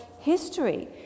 history